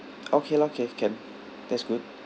okay lah K can that's good